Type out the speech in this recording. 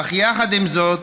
אך יחד עם זאת,